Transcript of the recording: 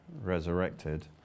resurrected